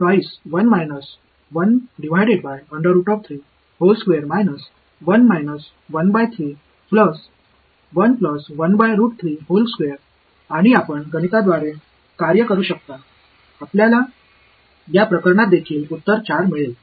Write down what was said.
तर आणि आपण गणिताद्वारे कार्य करू शकता आपल्याला या प्रकरणात देखील उत्तर 4 मिळेल